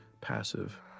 passive